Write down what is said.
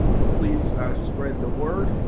so, please spread the word.